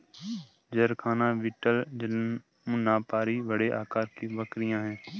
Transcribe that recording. जरखाना बीटल जमुनापारी बड़े आकार की बकरियाँ हैं